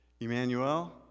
Emmanuel